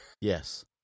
yes